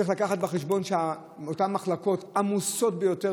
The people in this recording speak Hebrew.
צריך לקחת בחשבון שאותן מחלקות עמוסות ביותר